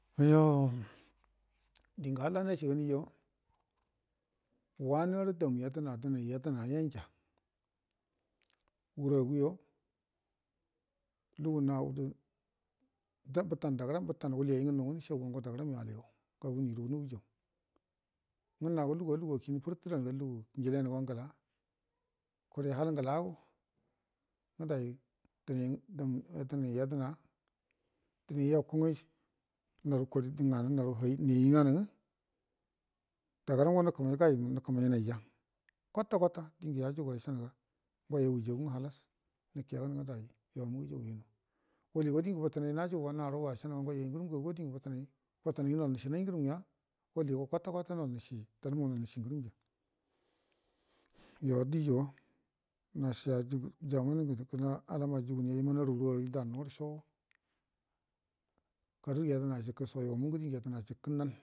Yo dingə halla nashi ganjo wannərə dam yedəna dənai yedəna yanja wura guyo lugu nau də dan bətan dagəram bətanə wuliyeyi ngə nu nga nishaguga ngo dogəram yo aligau g wwai də wunə wujau nga nago luguwa lugukin furəturanga lugu ujiliyanə gone gəla kure hall agəla ago nga dai dam dənai yedəna'a dənai iyeku nga haru korida nganə naru niyeyi nganə nga dagəramgo nəkəmai gai nə kəmai ja kwata kwata dingə yajuga ishanəga ngoima wujagu nga halass nikeganə nga dai yomu yujugu yunə wuligo dingə bətənai najugu ga haruga ashanəga ngoyo gərəm ngaguwa dingə bətənai bətənai ngə noll nishinai ngərəm ngiya wuligo kwata kwata nol nishija danmu nol nishi gərəmja yo dijo nashiya jugu jain an ngə alama jugunia imanə aruro aru dannorəsho karə yedəna jikə yo mungə dingə yedəna jikə nanə